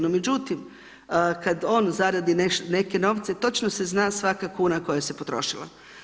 No međutim, kada on zaradi neke novce točno se zna svaka kuna koja se potrošila.